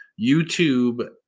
YouTube